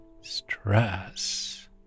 stress